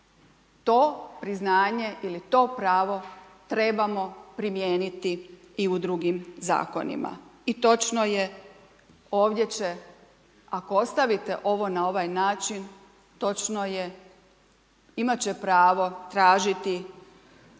to priznanje ili to pravo trebamo primijeniti i u drugim zakonima i točno je ovdje će ako ostavite ovo na ovaj način, točno je imat će pravo tražiti,